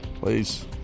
Please